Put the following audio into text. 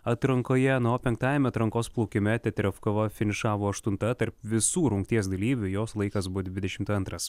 atrankoje na o penktajame atrankos plaukime teterevkova finišavo aštunta tarp visų rungties dalyvių jos laikas buvo dvidešim antras